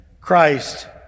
Christ